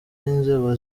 n’inzego